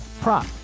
prop